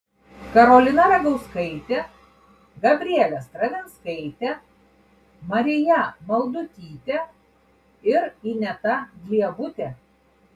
karolina ragauskaitė gabrielė stravinskaitė marija maldutytė ir ineta gliebutė